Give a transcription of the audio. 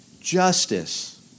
justice